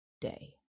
day